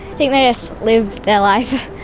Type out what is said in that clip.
think they just live their life.